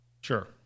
sure